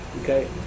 Okay